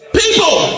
people